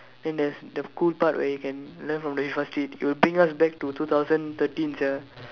then there's the cool part where you can learn from the Fifa street you will bring us back to two thousand thirteen sia